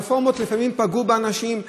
הרפורמות לפעמים פגעו באנשים,